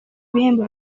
ibihembo